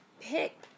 pick